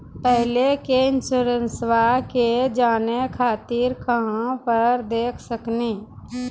पहले के इंश्योरेंसबा के जाने खातिर कहां पर देख सकनी?